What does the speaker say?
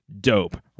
Dope